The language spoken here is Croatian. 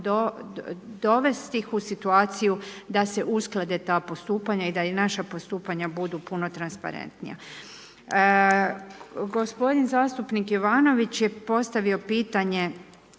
dovesti ih u situaciju da se usklade ta postupanja i da i naša postupanja budu puno transparentnija. Gospodin zastupnik Jovanović je postavio pitanje